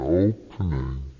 opening